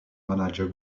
manager